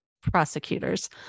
prosecutors